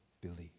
believe